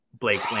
Blake